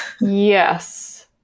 Yes